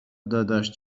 داداش